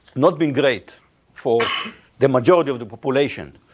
not been great for the majority of the population,